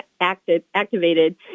activated